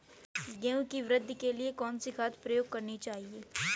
गेहूँ की वृद्धि के लिए कौनसी खाद प्रयोग करनी चाहिए?